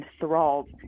enthralled